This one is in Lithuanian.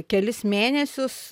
kelis mėnesius